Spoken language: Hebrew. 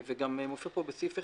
וגם מופיע פה בסעיף (1),